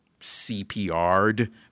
CPR'd